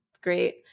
Great